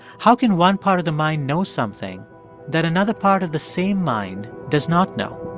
how can one part of the mind know something that another part of the same mind does not know?